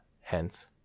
hence